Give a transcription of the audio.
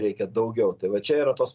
reikia daugiau tai va čia yra tos